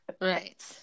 right